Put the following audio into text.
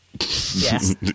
Yes